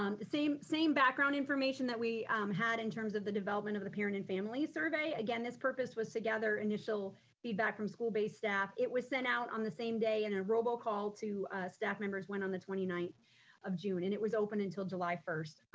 um same same background information that we had in terms of the development of the parent and family survey. again, this purpose was to gather initial feedback from school-based staff, it was sent out on the same day in a robocall to staff members went on the twenty ninth of june and it was open until july first.